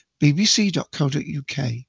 bbc.co.uk